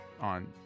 on